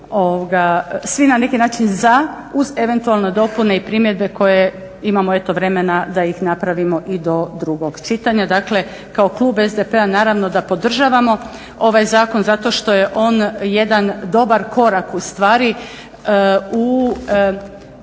svi na neki način za uz eventualne dopune i primjedbe koje imamo eto vremena da ih napravimo i do drugog čitanja. Dakle, kao klub SDP-a naravno da podržavamo ovaj zakon zato što je on jedan dobar korak ustvari u